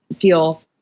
feel